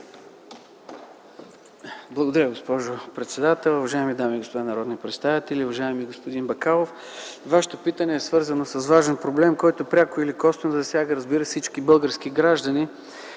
Благодаря, госпожо председател. Уважаеми дами и господа народни представители, уважаеми господин Бакалов! Вашето питане е свързано с важен проблем, който пряко или косвено засяга, разбира се всички български граждани,